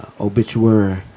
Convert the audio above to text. obituary